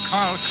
Carl